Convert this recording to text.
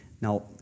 Now